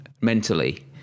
mentally